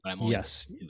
yes